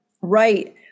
right